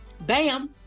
bam